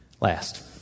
Last